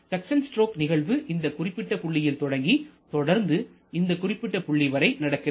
suction stroke நிகழ்வு இந்த குறிப்பிட்ட புள்ளியில் தொடங்கி தொடர்ந்து இந்த குறிப்பிட்ட புள்ளி வரை நடக்கிறது